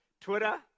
Twitter